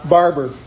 barber